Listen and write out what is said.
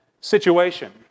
situation